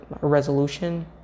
resolution